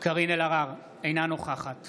קארין אלהרר, אינה נוכחת